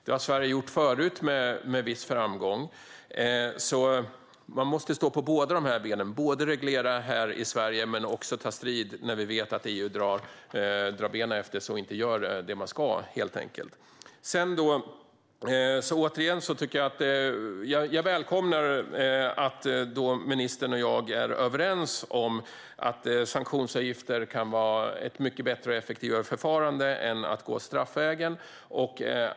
Det har Sverige gjort förut, med viss framgång. Man måste stå på båda benen - reglera här i Sverige och även ta strid när vi vet att EU drar benen efter sig och helt enkelt inte gör det de ska. Återigen välkomnar jag att ministern och jag är överens om att sanktionsavgifter kan vara ett bättre och mer effektivt förfarande än att gå straffvägen.